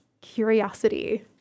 curiosity